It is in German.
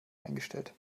eingestellt